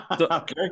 Okay